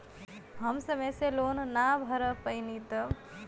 हम समय से लोन ना भर पईनी तब?